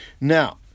Now